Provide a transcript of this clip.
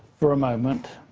for a moment,